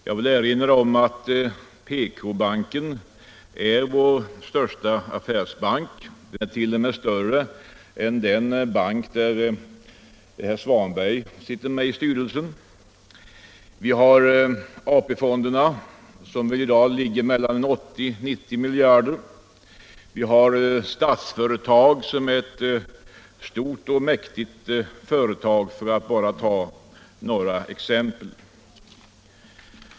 Jag vill erinra om att PK-banken är vår största affärsbank. Den är t.o.m. större än den bank där herr Svanberg sitter med i styrelsen. Vi har AP-fonderna, som i dag ligger mellan 80 och 90 miljarder kronor. Vi har Statsföretag, som är ett stort och mäktigt företag — för att bara ta några exempel.